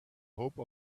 hope